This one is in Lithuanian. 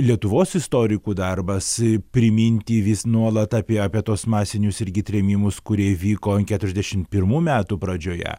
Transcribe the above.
lietuvos istorikų darbas priminti vis nuolat apie apie tuos masinius irgi trėmimus kurie vyko keturiasdešimt pirmų metų pradžioje